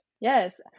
yes